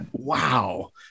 wow